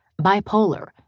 bipolar